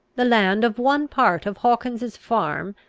the land of one part of hawkins's farm,